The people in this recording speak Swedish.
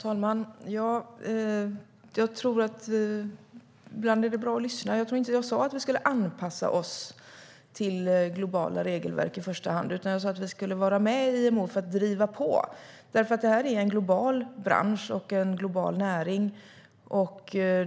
Herr talman! Ibland är det bra att lyssna. Jag tror inte att jag sa att vi ska anpassa oss till globala regelverk i första hand, utan jag sa att vi ska vara med i IMO för att driva på. Det här är en global bransch och en global näring.